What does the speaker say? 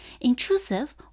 intrusive